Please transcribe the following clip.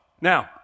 Now